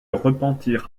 repentir